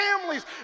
families